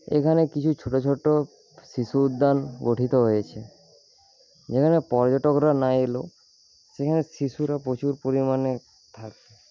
এখানে কিছু ছোট ছোট শিশু উদ্যান গঠিত হয়েছে এখানে পর্যটকরা না এলেও সেখানে শিশুরা প্রচুর পরিমাণে থাকে